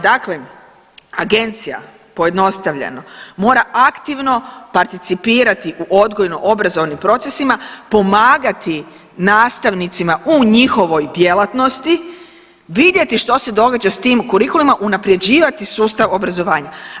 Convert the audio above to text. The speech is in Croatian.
Dakle, agencija pojednostavljeno mora aktivno participirati u odgojno-obrazovnim procesima, pomagati nastavnicima u njihovoj djelatnosti, vidjeti što se događa s tim kurikulima, unapređivati sustav obrazovanja.